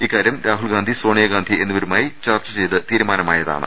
ഇക്കാരൃം രാഹുൽ ഗാന്ധി സോണിയ ഗാന്ധി എന്നിവരുമായി ചർച്ച ചെയ്ത് തീരുമാനമായതാണ്